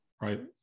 right